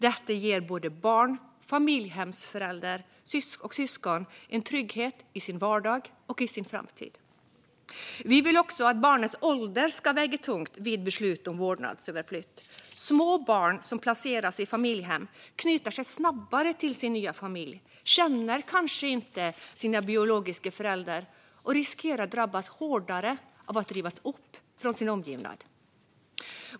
Detta ger både barn, familjehemsföräldrar och syskon en trygghet i deras vardag och framtid. Vi vill också att barnets ålder ska väga tungt vid beslut om vårdnadsöverflyttning. Små barn som placeras i familjehem knyter an snabbare till sin nya familj, känner kanske inte sina biologiska föräldrar och riskerar att drabbas hårdare av att rivas upp från sin omgivning.